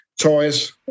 toys